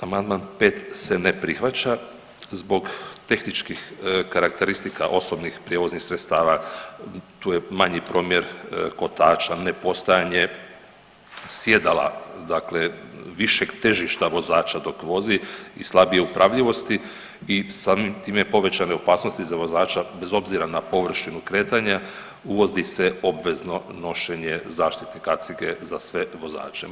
Amandman 5. se ne prihvaća zbog tehničkih karakteristika osobnih prijevoznih sredstava, tu je manji promjer kotača, nepostojanje sjedala dakle višeg težišta vozača dok vozi i slabije upravljivosti i samim time povećane opasnosti za vozača bez obzira na površinu kretanja, uvodi se obvezno nošenje zaštitne kacige za sve vozače.